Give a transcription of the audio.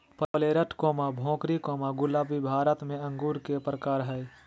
Perlette, Bhokri, Gulabi Bharat में अंगूर के प्रकार हय